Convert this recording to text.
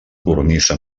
cornisa